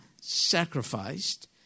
sacrificed